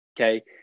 Okay